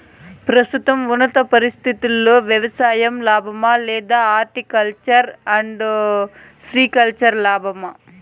ప్రస్తుతం ఉన్న పరిస్థితుల్లో వ్యవసాయం లాభమా? లేదా హార్టికల్చర్, సెరికల్చర్ లాభమా?